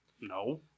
No